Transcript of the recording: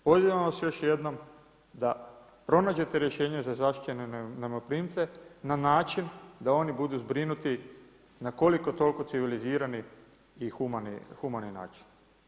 Pozivam vas još jednom, da pronađete rješenje za zaštićene najmoprimce, na način, da oni budu zbrinuti, na koliko toliko civilizirani i humani način.